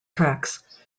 tracks